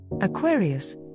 Aquarius